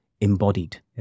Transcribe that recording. embodied